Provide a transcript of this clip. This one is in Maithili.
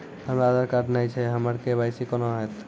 हमरा आधार कार्ड नई छै हमर के.वाई.सी कोना हैत?